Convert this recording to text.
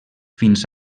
fins